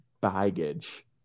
baggage